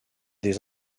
des